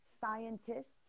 scientists